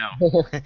No